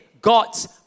God's